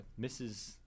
Mrs